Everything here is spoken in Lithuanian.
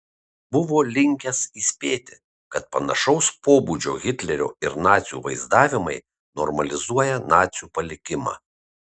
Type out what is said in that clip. buvo linkęs įspėti kad panašaus pobūdžio hitlerio ir nacių vaizdavimai normalizuoja nacių palikimą